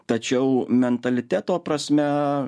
tačiau mentaliteto prasme